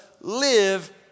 live